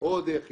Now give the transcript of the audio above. או דרך איגוד,